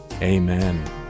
Amen